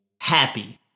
happy